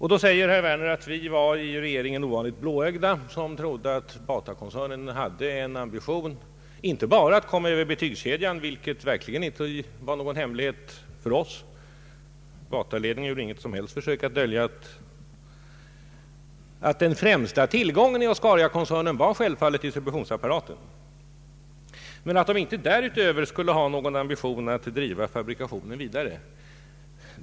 Herr Werner påstår nu att vi i regeringen då var ovanligt blåögda som trodde att Batakoncernen hade en ambition, inte bara att komma över butikskedjan — det var verkligen inte någon hemlighet för oss, eftersom Bataledningen inte gjorde något som helst försök att dölja att den främsta tillgången i Oscariakoncernen självfallet var distributionsapparaten — utan därutöver också att driva fabrikationen vidare.